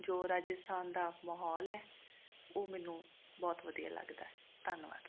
ਜੋ ਰਾਜਸਥਾਨ ਦਾ ਮਾਹੌਲ ਹੈ ਉਹ ਮੈਨੂੰ ਬਹੁਤ ਵਧੀਆਂ ਲੱਗਦਾ ਧੰਨਵਾਦ